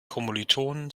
kommilitonen